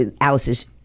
Alice's